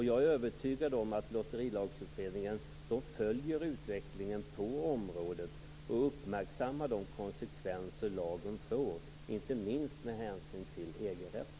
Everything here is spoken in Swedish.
Jag är övertygad om att Lotterilagsutredningen följer utvecklingen på området och uppmärksammar de konsekvenser lagen får, inte minst med hänsyn till